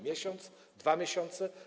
Miesiąc, 2 miesiące?